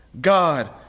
God